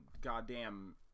goddamn